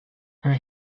her